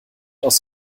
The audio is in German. aus